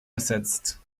ersetzt